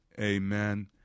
Amen